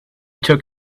took